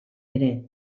ere